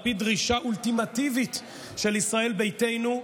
על פי דרישה אולטימטיבית של ישראל ביתנו,